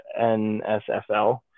NSFL